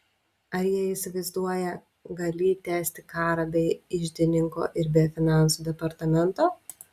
ar jie įsivaizduoją galį tęsti karą be iždininko ir be finansų departamento